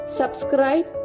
subscribe